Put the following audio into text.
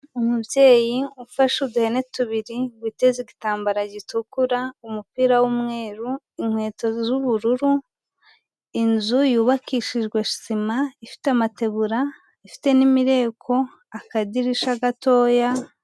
Umubyeyi ufashe uduhene tubiri witeze igitambaro gitukura, umupira w'umweru, inkweto z'ubururu, inzu yubakishijwe sima, ifite amatebura, ifite n'imireko, akadirishya gatoya.